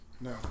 No